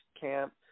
camp